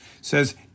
says